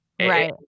Right